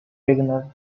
beginner